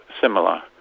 similar